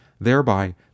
thereby